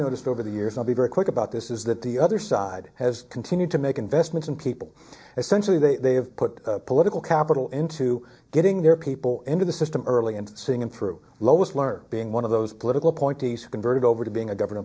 noticed over the years i'll be very quick about this is that the other side has continued to make investments in people essentially they have put political capital into getting their people into the system early and seeing them through lois lerner being one of those political appointees who converted over to being a governor